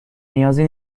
نیازی